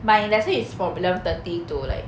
my lesson is from eleven thirty to like